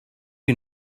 you